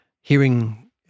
hearing